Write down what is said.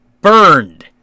burned